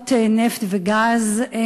רישיונות נפט וגז.